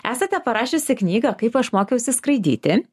esate parašiusi knygą kaip aš mokiausi skraidyti